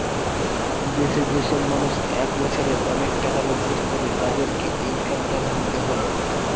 দেশে যে সব মানুষ এক বছরে অনেক টাকা রোজগার করে, তাদেরকে ইনকাম ট্যাক্স দিতে হয়